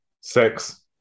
Six